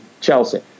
Chelsea